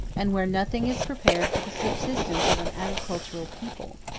and where nothing is prepared for the subsistence of an agricultural people